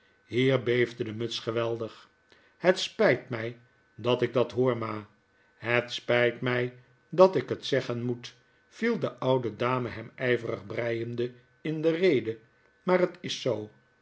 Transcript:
hier beefde de muts geweldig het spijt mij dat ik dat hoor ma het spijt mij dat ik het zeggen moet viel de oude dame hem ijverig breiende in de rede maar het is zoo